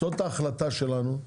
זאת ההחלטה שלנו.